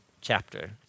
chapter